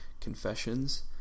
Confessions